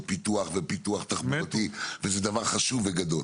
פיתוח ופיתוח תחבורתי וזה דבר חשוב וגדול.